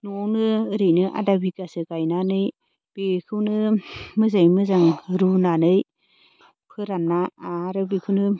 न'आवनो ओरैनो आदा बिगासो गायनानै बिखौनो मोजाङै मोजां रुनानै फोरान्ना आरो बिखौनो